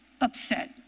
Upset